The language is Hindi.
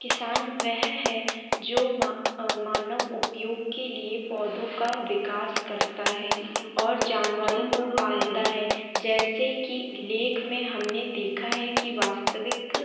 किसान वह है जो मा मानव उपयोग के लिए पौधों का विकास करता है और जानवरों को पालता है जैसे कि लेक में हमने देखा है कि वास्तविक